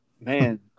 man